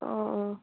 অঁ অঁ